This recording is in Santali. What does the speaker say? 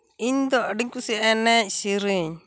ᱤᱧᱫᱚ ᱟᱹᱰᱤᱧ ᱠᱩᱥᱤᱭᱟᱜᱼᱟ ᱮᱱᱮᱡ ᱥᱮᱨᱮᱧ